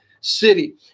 city